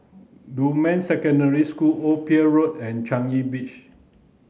Dunman Secondary School Old Pier Road and Changi Beach